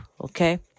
Okay